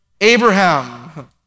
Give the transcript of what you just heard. Abraham